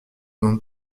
dans